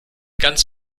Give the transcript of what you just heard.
ganz